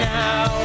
now